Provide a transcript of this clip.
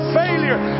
failure